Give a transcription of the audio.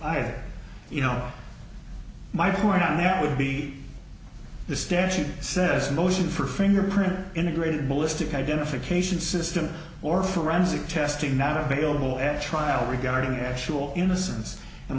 i you know my point on it would be the statute says motion for fingerprint integrated ballistic identification system or forensic testing not available at trial regarding actual innocence and